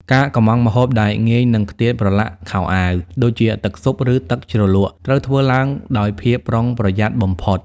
ការកម្ម៉ង់ម្ហូបដែលងាយនឹងខ្ទាតប្រឡាក់ខោអាវ ដូចជាទឹកស៊ុប ឬទឹកជ្រលក់ ត្រូវធ្វើឡើងដោយភាពប្រុងប្រយ័ត្នបំផុត។